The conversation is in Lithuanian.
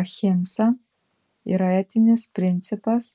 ahimsa yra etinis principas